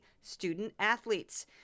student-athletes